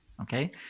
okay